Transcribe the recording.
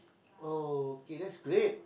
oh okay that's great